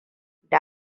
da